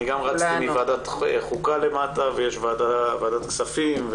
גם אני רצתי מוועדת חוקה ויש את ועדת הכספים.